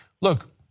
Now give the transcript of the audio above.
Look